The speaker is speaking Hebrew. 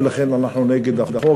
ולכן אנחנו נגד החוק,